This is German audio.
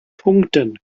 punkten